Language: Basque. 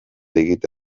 egite